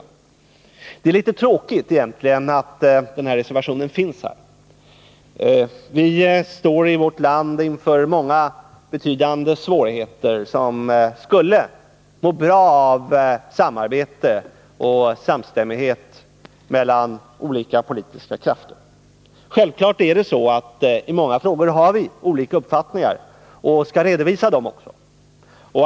37 Det är litet tråkigt att den här reservationen finns med. Vi står i vårt land inför många betydande svårigheter, och det skulle därför vara bra med samarbete och samstämmighet mellan olika politiska partier. Självfallet har vii många frågor olika uppfattningar, och dem skall vi också redovisa.